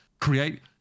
create